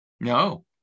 No